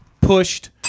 pushed